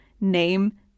name